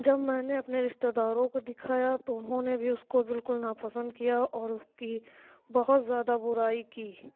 جب میں نے اپنے رشتہ داروں کو دکھایا تو انہوں نے بھی اس کو بالکل ناپسند کیا اور اس کی بہت زیادہ برائی کی